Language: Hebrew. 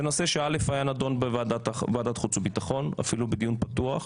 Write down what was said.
נושא שנדון בוועדת חוץ וביטחון אפילו בדיון פתוח,